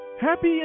Happy